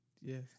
Yes